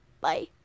Bye